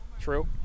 True